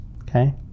Okay